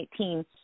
2018